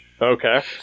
Okay